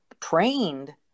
trained